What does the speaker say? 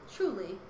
Truly